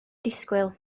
disgwyl